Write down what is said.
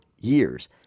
years